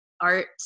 art